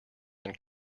than